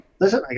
listen